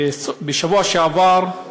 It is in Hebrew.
בשבוע שעבר,